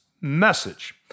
message